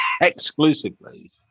exclusively